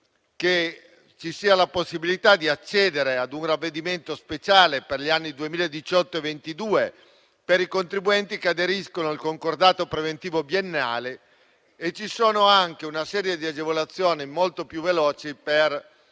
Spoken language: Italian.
forte e la possibilità di accedere a un ravvedimento speciale per gli anni 2018 e 2022 per i contribuenti che aderiscono al concordato preventivo biennale. C'è anche una serie di agevolazioni molto più veloci per